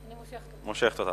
אני מושכת אותה.